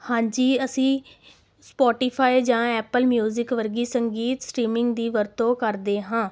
ਹਾਂਜੀ ਅਸੀਂ ਸਪੋਟੀਫਾਈ ਜਾਂ ਐਪਲ ਮਿਊਜਿਕ ਵਰਗੀ ਸੰਗੀਤ ਸਟੀਮਿੰਗ ਦੀ ਵਰਤੋਂ ਕਰਦੇ ਹਾਂ